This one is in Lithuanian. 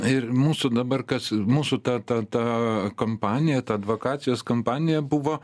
ir mūsų dabar kas mūsų ta ta ta kampanija ta advokacijos kampanija buvo